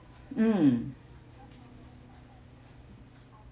um